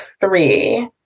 three